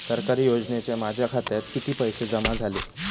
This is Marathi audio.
सरकारी योजनेचे माझ्या खात्यात किती पैसे जमा झाले?